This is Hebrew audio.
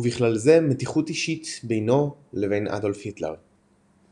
ובכלל זה מתיחות אישית בינו לבין אדולף היטלר.